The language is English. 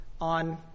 on